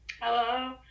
Hello